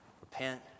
repent